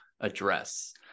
address